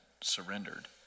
surrendered